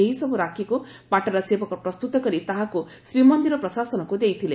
ଏହି ସବୁ ରାକ୍ଷୀକୁ ପାଟରା ସେବକ ପ୍ରସ୍ତୁତ କରି ତାହାକୁ ଶ୍ରୀମନ୍ଦିର ପ୍ରଶାସନକୁ ଦେଇଥିଲେ